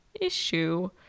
issue